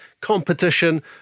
competition